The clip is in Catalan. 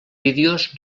vídeos